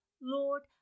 Lord